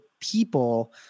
people